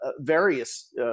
various